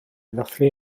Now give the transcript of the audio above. ddathlu